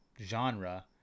genre